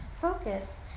focus